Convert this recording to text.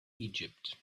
egypt